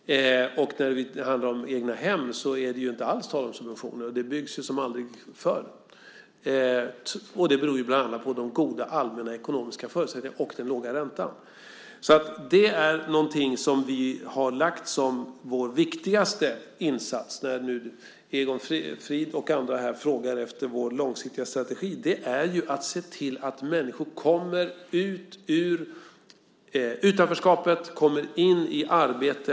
När det handlar om egna hem är det inte alls tal om subventioner, och det byggs ju som aldrig förr. Det beror bland annat på de goda allmänna ekonomiska förutsättningarna och den låga räntan. Det är någonting som vi har lagt som vår viktigaste insats. När Egon Frid och andra frågar efter vår långsiktiga strategi vill jag säga att det är att se till att människor kommer ut ur utanförskapet och får ett arbete.